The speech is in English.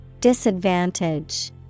Disadvantage